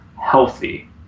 healthy